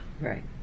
Right